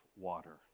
water